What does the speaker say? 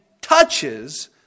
touches